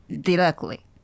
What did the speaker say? directly